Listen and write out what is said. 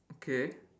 okay